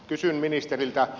kysyn ministeriltä